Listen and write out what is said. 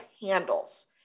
handles